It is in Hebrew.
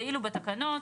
ואילו בתקנות,